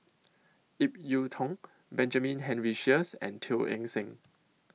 Ip Yiu Tung Benjamin Henry Sheares and Teo Eng Seng